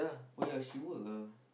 oh ya she work ah